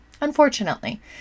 unfortunately